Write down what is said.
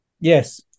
Yes